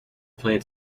plant